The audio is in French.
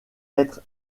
être